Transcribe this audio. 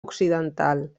occidental